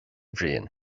bhriain